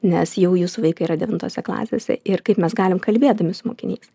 nes jau jūsų vaikai yra devintose klasėse ir kaip mes galim kalbėdami su mokiniais